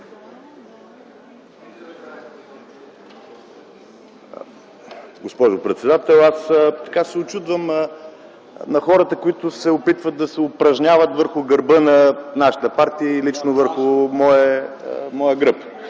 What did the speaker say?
Госпожо председател, аз се учудвам на хората, които се опитват да се упражняват върху гърба на нашата партия и лично върху моя гръб.